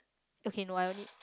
okay no I only